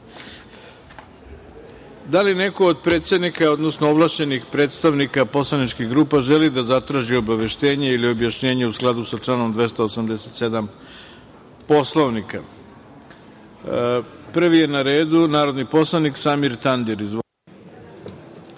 li neko od predsednika, odnosno ovlašćenih predstavnika poslaničkih grupa želi da zatraži obaveštenje ili objašnjenje u skladu sa članom 287. Poslovnika? Reč ima narodni poslanik Samir